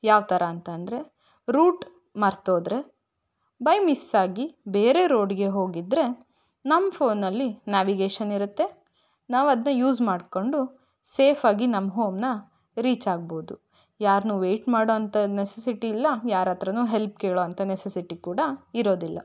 ಯಾವ ಥರ ಅಂತಂದರೆ ರೂಟ್ ಮರ್ತೋದರೆ ಬೈ ಮಿಸ್ ಆಗಿ ಬೇರೆ ರೋಡಿಗೆ ಹೋಗಿದ್ದರೆ ನಮ್ಮ ಫೋನಲ್ಲಿ ನಾವಿಗೇಶನ್ ಇರುತ್ತೆ ನಾವು ಅದನ್ನು ಯೂಸ್ ಮಾಡ್ಕೊಂಡು ಸೇಫ್ ಆಗಿ ನಮ್ಮ ಹೋಮನ್ನ ರೀಚ್ ಆಗ್ಬೋದು ಯಾರನ್ನೂ ವೆಯ್ಟ್ ಮಾಡೊ ಅಂತಹ ನೆಸೆಸಿಟಿ ಇಲ್ಲ ಯಾರ ಹತ್ತಿರನು ಹೆಲ್ಪ್ ಕೇಳೋ ಅಂಥ ನೆಸೆಸಿಟಿ ಕೂಡ ಇರೋದಿಲ್ಲ